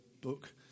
book